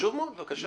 חשוב מאוד, בבקשה.